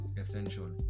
essential